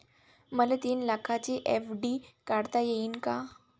मले तीन लाखाची एफ.डी काढता येईन का?